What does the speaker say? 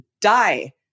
die